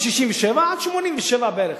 מ-67 עד 87 בערך,